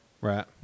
Right